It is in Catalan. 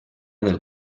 del